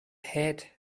head